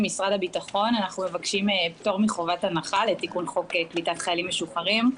אנחנו מבקשים פטור מחובת הנחה לתיקון חוק קליטת חיילים משוחררים,